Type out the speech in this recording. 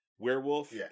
werewolf